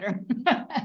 better